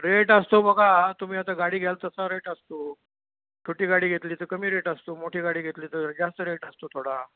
rate असतो बघा तुम्ही आता गाडी घ्याल तसा रेट असतो छोटी गाडी घेतली तर कमी रेट असतो मोठी गाडी घेतली तर जास्त रेट असतो थोडा